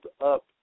up